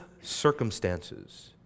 circumstances